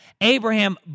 Abraham